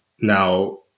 now